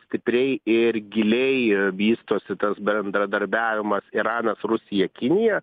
stipriai ir giliai vystosi tas bendradarbiavimas iranas rusija kinija